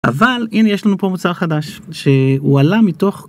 אבל הנה יש לנו פה מוצר חדש שהוא עלה מתוך